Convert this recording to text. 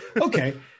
Okay